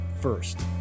first